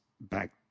back